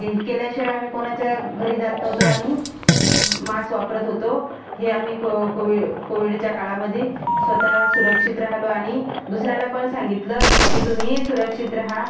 केल्याशिवाय आम्ही कोणाच्या घरी जात नव्हतो आणि मास वापरत होतो हे आम्ही क कोवि कोविडच्या काळामध्ये स्वत सुरक्षित राहिलो आणि दुसऱ्याला पण सांगितलं की तुम्हीही सुरक्षित रहा